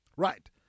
right